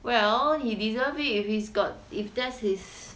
well he deserve it if he's got if this is his